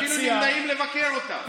אפילו נמנעים מלבקר אותם.